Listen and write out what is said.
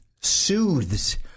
soothes